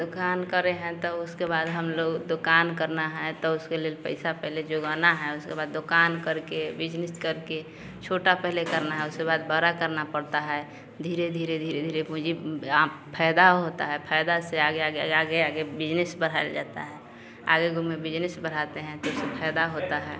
दुकान करे हैं तो उसके बाद हम लोग दुकान करना है तो उसके लिए पैसा पहले जुगाना है उसके बाद दुकान करके बिजनेस करके छोटा पहले करना है उसके बाद बड़ा करना पड़ता है धीरे धीरे धीरे धीरे पूंजी फेया फायदा होता है फायदा से आगे आगे आगे आगे बिजनेस बढ़ल जाता है आगे घूम में बिजनेस बढ़ाते हैं तो उससे फायदा होता है